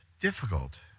difficult